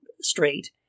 straight